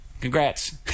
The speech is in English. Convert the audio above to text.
Congrats